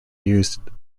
used